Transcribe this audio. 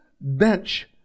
bench